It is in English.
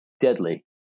Deadly